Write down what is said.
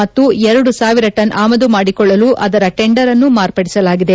ಮತ್ತು ಎರಡು ಸಾವಿರ ಟನ್ ಆಮದು ಮಾಡಿಕೊಳ್ಳಲು ಅದರ ಟೆಂಡರ್ ಅನ್ನು ಮಾರ್ಪಡಿಸಲಾಗಿದೆ